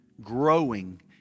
growing